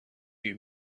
few